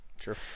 Sure